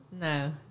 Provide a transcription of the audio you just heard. No